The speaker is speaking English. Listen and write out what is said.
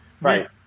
Right